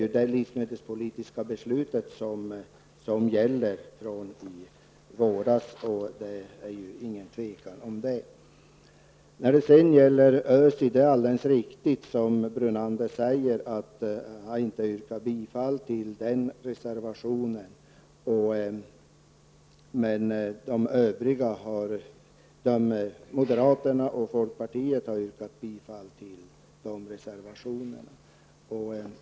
Det är det livsmedelspolitiska beslutet som gäller från i våras. Det råder inget tvivel om det. Vad gäller ÖSI är det alldeles riktigt som Brunander säger att han inte har yrkat bifall till den reservationen. Men moderaterna och folkpartiet har yrkat bifall till de reservationerna.